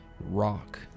rock